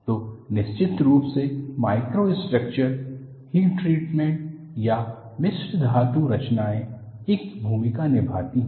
तो निश्चित रूप से माइक्रोस्ट्रक्चर हीट ट्रीटमेंट या मिश्र धातु रचनाएं एक भूमिका निभाती हैं